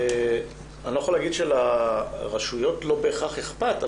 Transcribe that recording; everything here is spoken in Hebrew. אני לא יכול להגיד שלרשויות לא בהכרח אכפת,